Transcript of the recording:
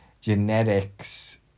genetics